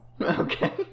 okay